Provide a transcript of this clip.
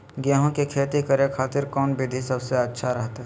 गेहूं के खेती करे खातिर कौन विधि सबसे अच्छा रहतय?